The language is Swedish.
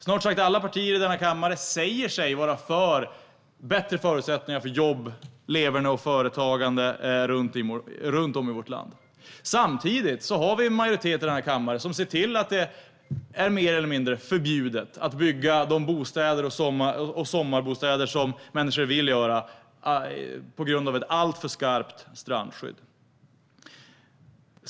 Snart sagt alla partier i denna kammare säger sig vara för bättre förutsättningar för jobb, leverne och företagande runt om i vårt land. Samtidigt har vi en majoritet i denna kammare som ser till att det är mer eller mindre förbjudet att bygga de bostäder och sommarbostäder som människor vill bygga på grund av ett alltför skarpt strandskydd.